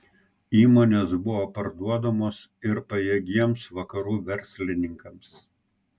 įmonės buvo parduodamos ir pajėgiems vakarų verslininkams